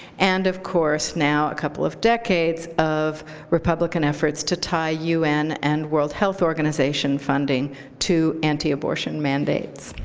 and of course, now, a couple of decades of republican efforts to tie un and world health organization funding to anti-abortion mandates.